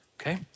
okay